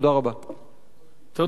תודה לחבר הכנסת דב חנין.